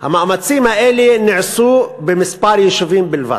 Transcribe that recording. המאמצים האלה נעשו בכמה יישובים בלבד,